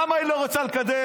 למה היא לא רוצה לקדם?